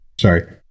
Sorry